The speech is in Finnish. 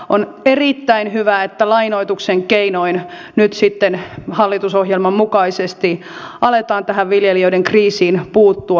on erittäin hyvä että lainoituksen keinoin nyt sitten hallitusohjelman mukaisesti aletaan tähän viljelijöiden kriisiin puuttua